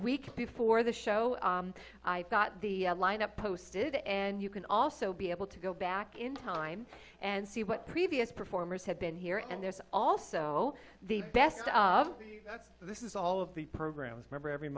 week before the show i got the lineup posted and you can also be able to go back in time and see what previous performers have been here and there's also the best of this is all of the programs member every